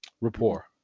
rapport